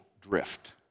drift